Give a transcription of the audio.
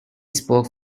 spoke